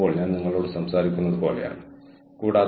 എന്നിട്ട് നിങ്ങൾ അവയെ ഉണങ്ങാൻ തൂക്കിയിടും